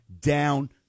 down